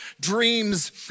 dreams